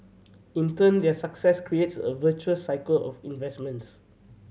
in turn their success creates a virtuous cycle of investments